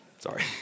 Sorry